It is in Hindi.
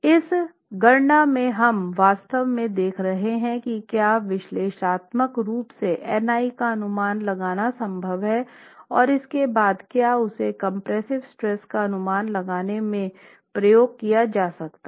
इस गणना में हम वास्तव में देख रहे हैं की क्या विश्लेषणात्मक रूप से Ni का अनुमान लगाना संभव है और उसके बाद क्या उसे कम्प्रेस्सिव स्ट्रेस का अनुमान लगाने में प्रयोग किया जा सकता है